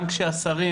גם כשהשרים,